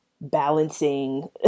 balancing